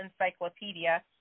Encyclopedia